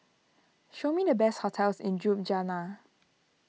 show me the best hotels in Ljubljana